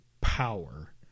Power